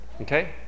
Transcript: okay